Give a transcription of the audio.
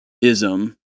ism